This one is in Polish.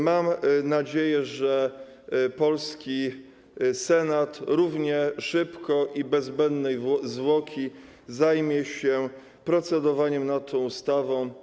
Mam nadzieję, że polski Senat równie szybko i bez zbędnej zwłoki zajmie się procedowaniem nad tą ustawą.